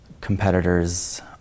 competitors